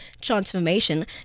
transformation